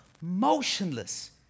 motionless